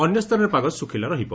ଅନ୍ୟ ସ୍ଥାନରେ ପାଗ ଶୁଖଲା ରହିବ